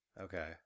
Okay